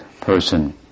person